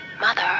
mother